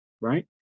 Right